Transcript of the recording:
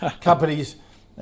companies